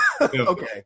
Okay